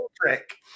trick